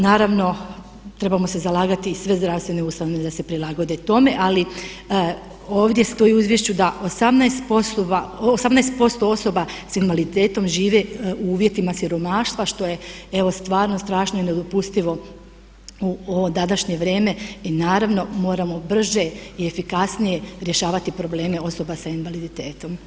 Naravno trebamo se zalagati i sve zdravstvene ustanove da se prilagode tome ali ovdje stoji u izvješću da 18% osoba s invaliditetom žive u uvjetima siromaštva što je evo stvarno strašno i nedopustivo u ovo današnje vrijeme i naravno moramo brže i efikasnije rješavati probleme osoba s invaliditetom.